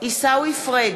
עיסאווי פריג'